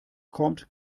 kommt